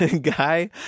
guy